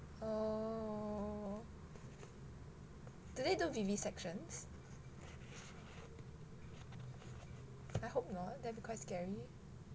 oh do they do vivisections I hope not that will be quite scary